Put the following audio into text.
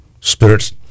spirits